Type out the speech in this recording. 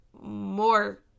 more